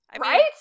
Right